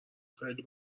خیلی